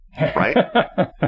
right